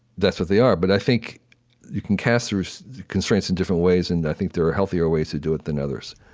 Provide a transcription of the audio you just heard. that's what they are. but i think you can cast so the constraints in different ways, and i think there are healthier ways to do it than others